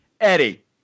Eddie